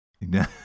No